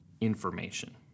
information